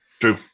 True